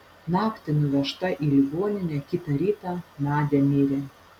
naktį nuvežta į ligoninę kitą rytą nadia mirė